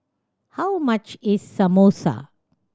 how much is Samosa